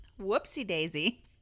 whoopsie-daisy